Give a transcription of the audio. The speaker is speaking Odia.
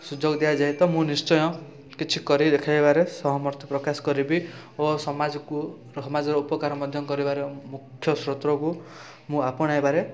ସୁଯୋଗ ଦିଆଯାଏ ମୁଁ ନିଶ୍ଚୟ କିଛି କରିକି ଦେଖେଇବାରେ ସମର୍ଥ ପ୍ରକାଶ କରିବି ଓ ସମାଜକୁ ସମାଜର ଉପକାର ମଧ୍ୟ କରିବାରେ ମୁଖ୍ୟ ସ୍ରୋତକୁ ମୁଁ ଆପଣାଇବାରେ